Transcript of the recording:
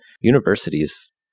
universities